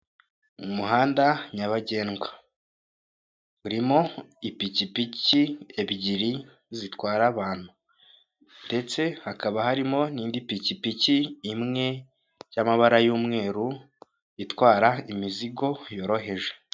Umuhanda nyabagendwa aho bigaragara ko ukorerwamo mu byerekezo byombi, ku ruhande rw'uburyo bw'umuhanda hakaba haparitse abamotari benshi cyane bigaragara ko bategereje abagenzi kandi hirya hakagaragara inzu nini cyane ubona ko ikorerwamo ubucuruzi butandukanye, ikirere kikaba gifite ishusho isa n'umweru.